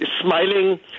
smiling